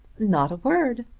not a word.